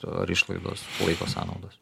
ar išlaidos laiko sąnaudos